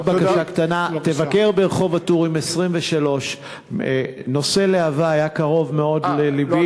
עוד בקשה קטנה: תבקר ברחוב הטורים 23. נושא להב"ה היה קרוב מאוד ללבי.